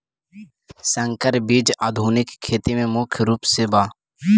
संकर बीज आधुनिक खेती में मुख्य रूप से बा